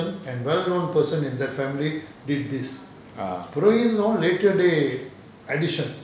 ah